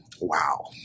wow